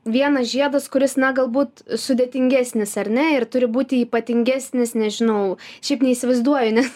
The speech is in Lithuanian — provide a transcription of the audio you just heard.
vienas žiedas kuris na galbūt sudėtingesnis ar ne ir turi būti ypatingesnis nežinau šiaip neįsivaizduoju nes